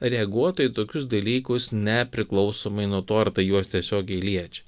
reaguotų į tokius dalykus nepriklausomai nuo to ar tai juos tiesiogiai liečia